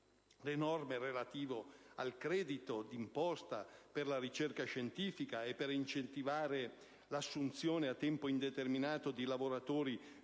norme relative al credito d'imposta per la ricerca scientifica e per incentivare l'assunzione a tempo indeterminato di lavoratori